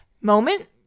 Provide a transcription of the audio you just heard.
moment